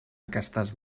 aquestes